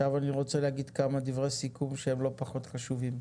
עכשיו אני רוצה להגיד כמה דברי סיכום שהם לא פחות חשובים.